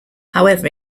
however